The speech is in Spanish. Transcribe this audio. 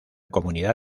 comunidad